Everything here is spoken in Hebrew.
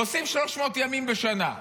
עושים 300 ימים בשנה.